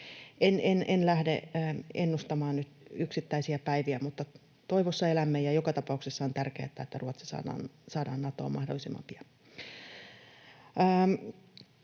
En lähde ennustamaan nyt yksittäisiä päiviä, mutta toivossa elämme, ja joka tapauksessa on tärkeää, että Ruotsi saadaan Natoon mahdollisimman pian.